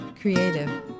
creative